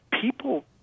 people